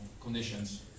conditions